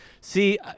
See